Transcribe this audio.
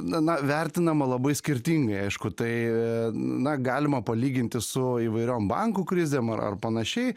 na na vertinama labai skirtingai aišku tai na galima palyginti su įvairiom bankų krizėm ar ar panašiai